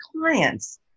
clients